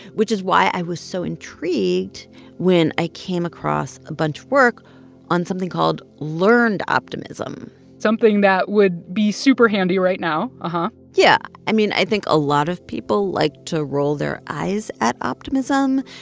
which is why i was so intrigued when i came across a bunch of work on something called learned optimism something that would be super handy right now but yeah. i mean, i think a lot of people like to roll their eyes at optimism,